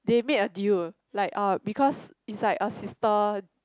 they made a deal like uh because is like assistant